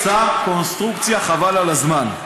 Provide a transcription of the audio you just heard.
שם קונסטרוקציה, חבל על הזמן.